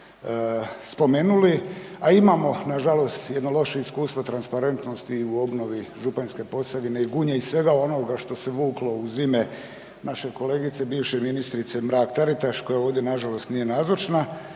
a imamo nažalost jedno loše iskustvo transparentnosti u obnovi Županjske Posavine i Gunje i svega onoga što se vuklo uz ime naše kolegice, bivše ministrice Mrak Taritaš koja ovdje nažalost nije nazočna,